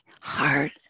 heart